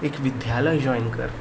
एक विद्यालय जॉयन कर